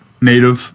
native